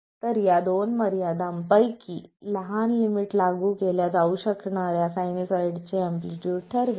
तर या दोन मर्यादांपैकी लहान लिमिट लागू केल्या जाऊ शकणार्या साइनसॉइडचे एम्पलीट्यूड ठरवेल